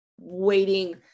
waiting